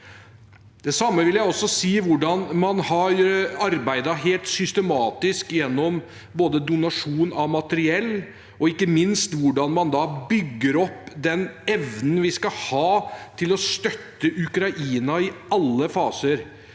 Det samme vil jeg si om hvordan man har arbeidet helt systematisk, gjennom både donasjon av materiell og ikke minst gjennom hvordan man bygger opp evnen vi skal ha til å støtte Ukraina i alle faser.